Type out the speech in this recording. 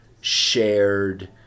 shared